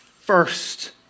first